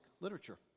literature